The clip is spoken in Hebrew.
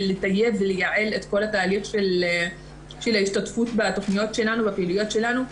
לטייב ולייעל את כל תהליך ההשתתפות בתוכניות ובפעילויות שלנו.